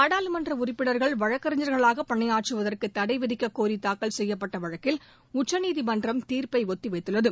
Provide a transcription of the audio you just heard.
நாடாளுமன்ற உறுப்பினா்கள் வழக்கறிஞா்களாக பணியாற்றுவதற்கு தடை விதிக்க கோரி தாக்கல் செய்யப்பட்ட வழக்கில் உச்சநீதிமன்றம் தீாப்பை ஒத்திவைத்துள்ளது